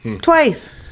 twice